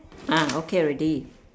ah okay already